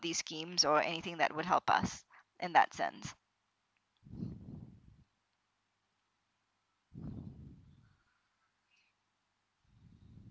these schemes or anything that would help us in that sense